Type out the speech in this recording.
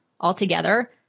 altogether